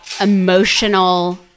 emotional